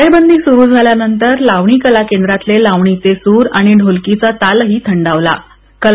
टाळेबंदी सुरु झाल्यानंतर लावणी कला केंद्रातले लावणीचे सूर आणि ढोलकीचा तालही थंडावलाकला